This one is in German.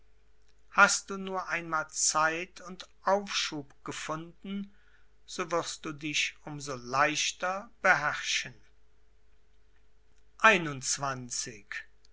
hast du nur einmal zeit und aufschub gefunden so wirst du dich um so leichter beherrschen